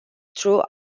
through